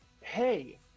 hey